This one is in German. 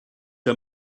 der